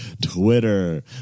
twitter